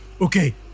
Okay